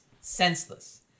senseless